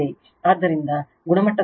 ಆದ್ದರಿಂದ ಗುಣಮಟ್ಟದ ಅಂಶ Q ω0 L R